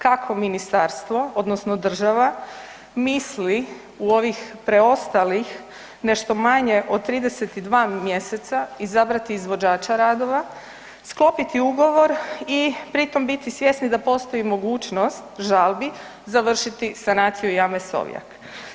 Kako Ministarstvo odnosno država misli u ovih preostalih, nešto manje od 32 mjeseca izabrati izvođača radova, sklopiti ugovor i pritom biti svjesni da postoji mogućnost žalbi završiti sanaciju jame Sovjak.